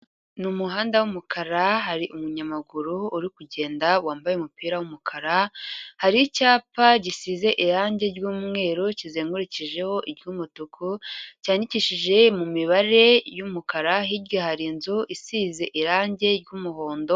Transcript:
Ni umuhanda w'umukara hari umunyamaguru uri kugenda wambaye umupira w'umukara hari icyapa gisize irangi ry'umweru kizengurukijeho iry'umutuku cyandikishije mu mibare y'umukara hirya hari inzu isize irangi ry'umuhondo.